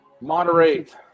Moderate